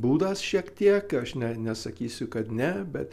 būdas šiek tiek aš ne nesakysiu kad ne bet